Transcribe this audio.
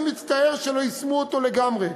אני מצטער שלא יישמו אותו לגמרי.